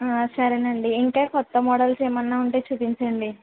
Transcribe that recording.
సరేనండి ఇంకా కొత్త మోడల్స్ ఏమన్నా ఉంటే చూపించండి